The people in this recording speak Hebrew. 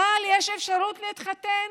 יש בכלל אפשרות להתחתן?